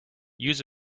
use